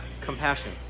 compassion